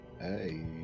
Hey